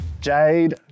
Jade